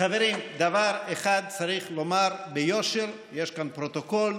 חברים, דבר אחד צריך לומר ביושר, יש כאן פרוטוקול,